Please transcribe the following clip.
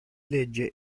legge